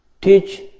teach